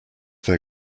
their